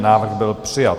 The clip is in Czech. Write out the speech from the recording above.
Návrh byl přijat.